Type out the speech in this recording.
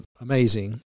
amazing